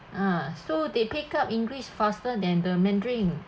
ah so they pick up english faster than the mandarin